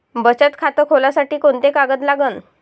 बचत खात खोलासाठी कोंते कागद लागन?